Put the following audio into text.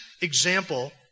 example